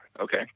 Okay